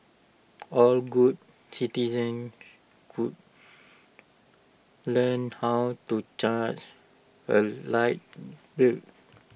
all good citizens could learn how to charge A light